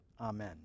amen